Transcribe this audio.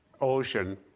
ocean